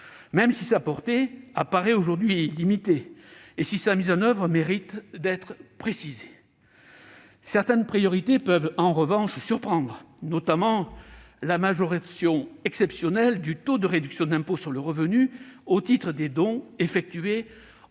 ce dispositif apparaît limitée et que sa mise en oeuvre mérite d'être précisée. Certaines priorités peuvent en revanche surprendre, notamment la majoration exceptionnelle du taux de réduction d'impôt sur le revenu au titre des dons effectués au